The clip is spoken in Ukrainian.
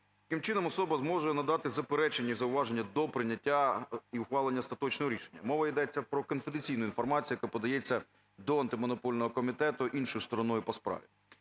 Таким чином, особа зможе надати заперечення й зауваження до прийняття і ухвалення остаточного рішення. Мова йде про конфіденційну інформацію, яка подається до Антимонопольного комітету іншою стороною по справі.